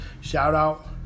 shout-out